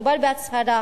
מדובר בהצהרה